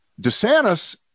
DeSantis